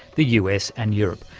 the us and europe.